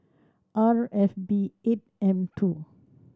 R F B eight M two